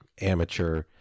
amateur